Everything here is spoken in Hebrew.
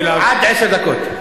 עד עשר דקות.